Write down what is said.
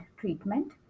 treatment